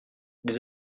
des